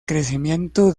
crecimiento